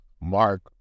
Mark